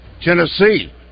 Tennessee